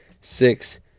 Six